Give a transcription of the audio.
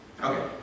Okay